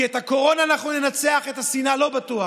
כי את הקורונה אנחנו ננצח, את השנאה, לא בטוח.